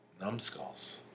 numbskulls